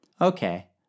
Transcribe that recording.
Okay